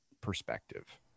perspective